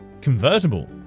convertible